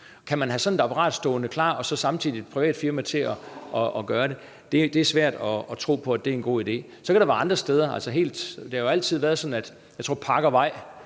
Kan man have sådan et apparat stående klar og så samtidig have et privat firma til at udføre arbejdet? Det er svært at tro på, at det er en god idé. Jeg tror, at det altid har været sådan, at man hos park og vej